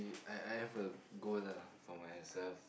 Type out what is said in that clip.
I I have a goal ah for myself